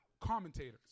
commentators